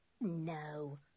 No